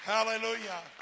Hallelujah